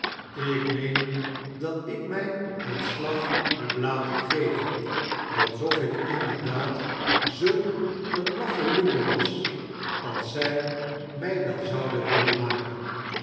ik meen dat ik mij een slag heb laten geven alsof ik inderdaad zulk een laffe lummel was als zij mij wel zouden willen maken